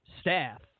staff